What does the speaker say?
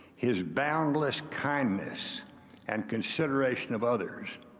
his boundless kindness and consideration of others.